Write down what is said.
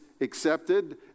accepted